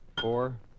four